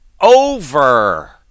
over